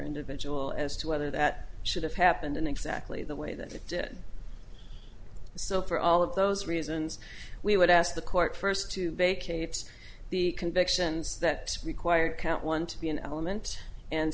individual as to whether that should have happened in exactly the way that it did so for all of those reasons we would ask the court first to bake cakes the convictions that required count one to be an element and